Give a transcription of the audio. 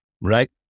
Right